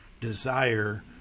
desire